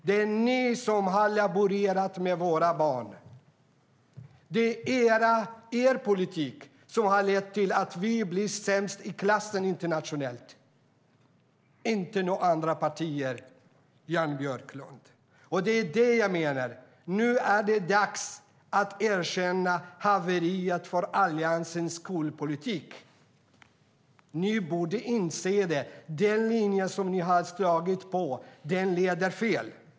Det är ni som har laborerat med våra barn. Det är er politik som har lett till att Sverige blir sämst i klassen internationellt, inte några andra partiers politik, Jan Björklund. Nu är det dags att erkänna haveriet för Alliansens skolpolitik. Ni borde inse att den väg som ni har slagit in på leder fel.